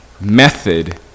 Method